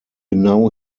genau